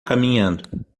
caminhando